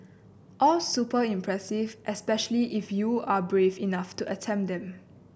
all super impressive especially if you are brave enough to attempt them